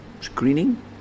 screening